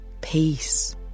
peace